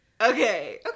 Okay